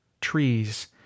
trees